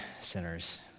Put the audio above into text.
sinners